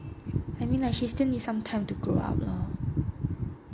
I mean like she still need some time to grow up lor